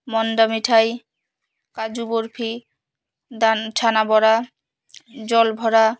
মন্ডা মিঠাই কাজু বরফি দান ছানা বড়া জল ভরা